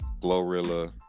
Glorilla